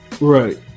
Right